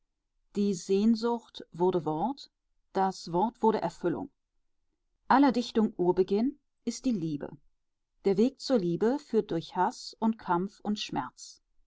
die sehnsucht wurde wort das wort wurde erfüllung aller dichtung urbeginn ist die liebe der weg zur liebe führt durch haß und kampf und schmerz